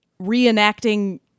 reenacting